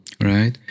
Right